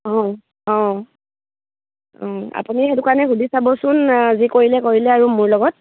অঁ অঁ অঁ আপুনি সেইটো কাৰণে সুধি চাবচোন যি কৰিলে কৰিলে আৰু মোৰ লগত